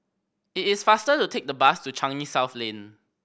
it is faster to take the bus to Changi South Lane